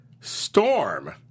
Storm